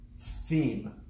theme